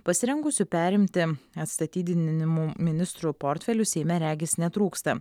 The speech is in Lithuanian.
pasirengusių perimti atstatydinimų ministrų portfelių seime regis netrūksta